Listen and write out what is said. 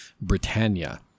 Britannia